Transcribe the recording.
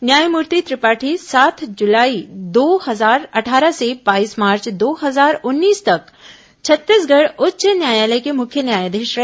न्यायमूर्ति त्रिपाठी सात जुलाई दो हजार अट्ठारह से बाईस मार्च दो हजार उन्नीस तक छत्तीसगढ़ उच्च न्यायालय के मुख्य न्यायाधीश रहे